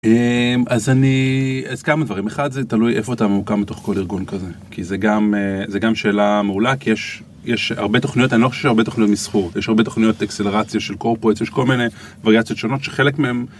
אז אני אז כמה דברים: אחד, זה תלוי איפה אתה ממוקם בתוך כל ארגון כזה. כי זה גם, זה גם שאלה מעולה כי יש, יש הרבה תוכניות אני לא חושב שיש הרבה תוכניות מסחור. יש הרבה תוכניות אקסלרציה של corporates. יש כל מיני וריאציות שונות שחלק מהם